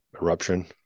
Eruption